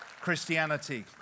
Christianity